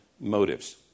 motives